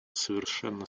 совершенно